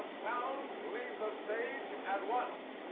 of clowns! leave the stage at once!